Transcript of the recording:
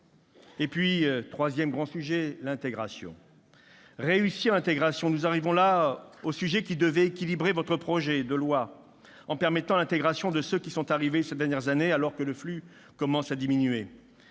... Troisième grand sujet, réussir l'intégration. Nous arrivons là au volet qui devait « équilibrer » votre projet de loi, en permettant l'intégration de ceux qui sont arrivés ces dernières années, alors que le flux commence à diminuer.